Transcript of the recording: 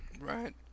Right